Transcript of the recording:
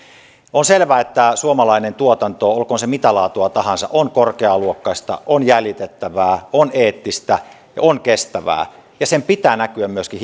on selvää että suomalainen tuotanto olkoon se mitä laatua tahansa on korkealuokkaista on jäljitettävää on eettistä ja on kestävää ja sen pitää näkyä myöskin